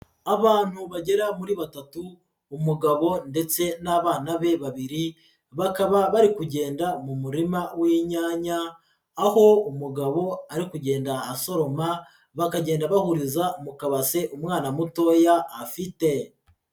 Abantu bagera muri batatu, umugabo ndetse n'abana be babiri, bakaba bari kugenda mu murima w'inyanya, aho umugabo ari kugenda asoroma, bakagenda bahuriza mu kabase umwana mutoya afite.